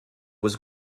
was